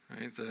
Right